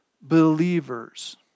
believers